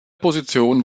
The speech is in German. position